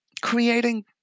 creating